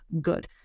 good